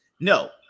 no